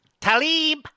Talib